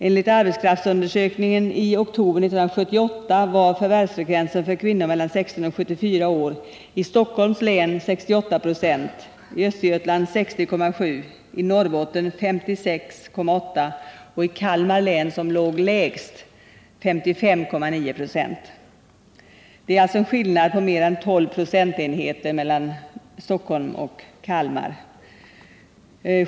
Enligt arbetskraftsundersökningen i oktober 1978 var förvärvsfrekvensen för kvinnor mellan 16 och 74 år i Stockholms län 68 96 ,i Östergötlands län 60,7 96 ,i Norrbottens län 56,8 26 och i Kalmar län, som låg lägst, 55,9 96. Det är alltså en skillnad på mer än 12 procentenheter mellan Stockholms län och Kalmar län.